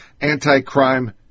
anti-crime